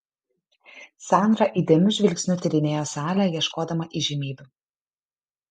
sandra įdėmiu žvilgsniu tyrinėjo salę ieškodama įžymybių